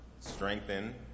strengthen